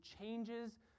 changes